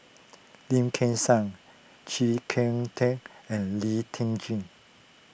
Lim Kim San Chee Kong Tet and Lee Tjin